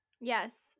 Yes